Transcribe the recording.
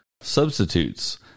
substitutes